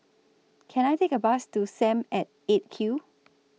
Can I Take A Bus to SAM At eight Q